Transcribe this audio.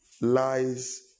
lies